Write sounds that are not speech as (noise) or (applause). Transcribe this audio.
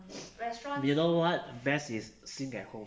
(noise) you know what best is sing at home